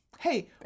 Hey